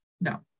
No